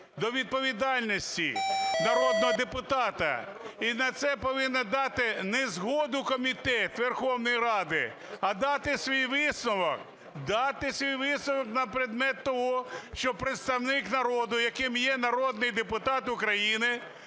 до відповідальності народного депутата, і на це повинен дати не згоду Комітет Верховної Ради, а дати свій висновок, дати свій висновок на предмет того, що представник народу, яким є народний депутат України,